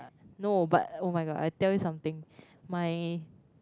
no but oh-my-god I tell you something my